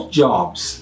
jobs